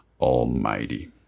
Almighty